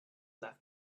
left